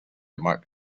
mark